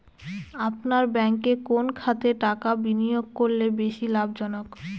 আপনার ব্যাংকে কোন খাতে টাকা বিনিয়োগ করলে বেশি লাভজনক?